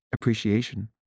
appreciation